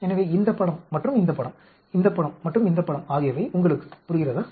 எனவே இந்த படம் மற்றும் இந்த படம் இந்த படம் மற்றும் இந்த படம் ஆகியவை உங்களுக்கு புரிகிறதா